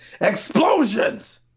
Explosions